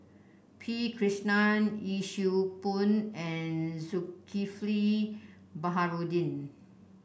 P Krishnan Yee Siew Pun and Zulkifli Baharudin